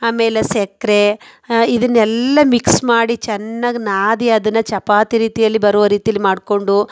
ಆಮೇಲೆ ಸಕ್ಕರೆ ಇದನ್ನೆಲ್ಲ ಮಿಕ್ಸ್ ಮಾಡಿ ಚೆನ್ನಾಗಿ ನಾದಿ ಅದನ್ನು ಚಪಾತಿ ರೀತಿಯಲ್ಲಿ ಬರುವ ರೀತಿಯಲ್ಲಿ ಮಾಡಿಕೊಂಡು